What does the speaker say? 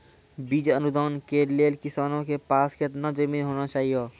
बीज अनुदान के लेल किसानों के पास केतना जमीन होना चहियों?